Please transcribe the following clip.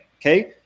okay